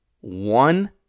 one